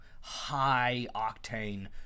high-octane